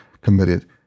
committed